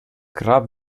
grab